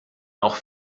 auch